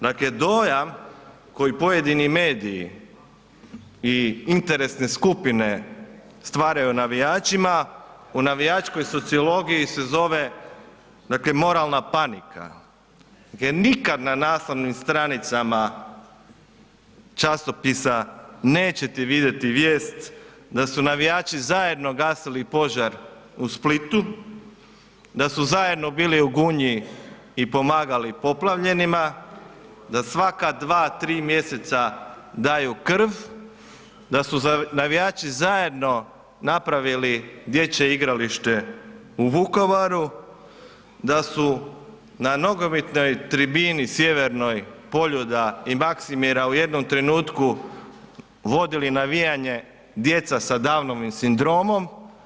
Dakle dojam koji pojedini mediji i interesne skupine stvaraju o navijačima, u navijačkoj sociologiji se zove dakle moralna panika, jer nikada na naslovnim stranicama časopisa nećete vidjeti vijest da su navijači zajedno gasili požar u Splitu, da su zajedno bili u Gunji i pomagali poplavljenima, da svaka 2, 3 mjeseca daju krv, da su navijači zajedno napravili dječje igralište u Vukovaru, da su na nogometnoj tribini sjevernoj Poljuda i Maksimira u jednom trenutku vodili navijanje djeca sa Downovim sindromom.